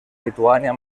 lituània